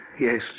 Yes